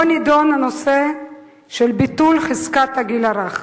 שבה נדון הנושא של ביטול חזקת הגיל הרך.